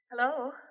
Hello